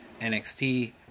NXT